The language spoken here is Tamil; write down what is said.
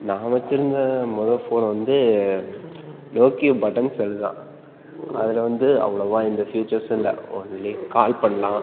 நான் வெச்சுருந்த மொதல் ஃபோன் வந்து நோக்கியோ பட்டன் செல் தான் அதில் வந்து அவ்வளவா எந்த ஃப்யூச்சர்ஸும் இல்லை ஒன்லி கால் பண்ணலாம்